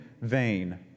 vain